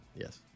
Yes